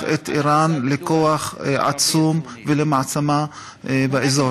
את איראן לכוח עצום ולמעצמה באזור.